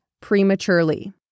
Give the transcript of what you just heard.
prematurely